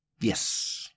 yes